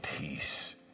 peace